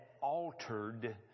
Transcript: altered